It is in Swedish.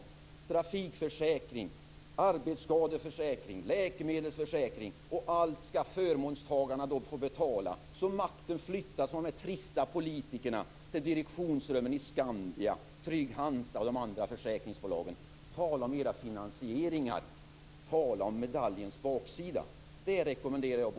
Det gäller trafikförsäkring, arbetsskadeförsäkring och läkemedelsförsäkring, som förmånstagarna skall få betala. Makten skall flyttas från de trista politikerna till direktionsrummen i Skandia, Trygg-Hansa och de andra försäkringsbolagen. Tala om era finansieringar! Tala om medaljens baksida! Det rekommenderar jag Bo